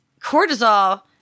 cortisol